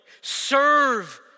Serve